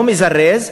לא מזרז.